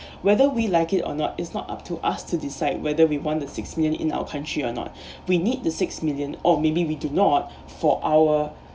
whether we like it or not it's not up to us to decide whether we want the six million in our country or not we need the six million or maybe we do not for our